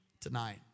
tonight